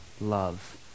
love